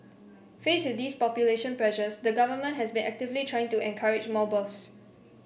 faced with these population pressures the Government has been actively trying to encourage more births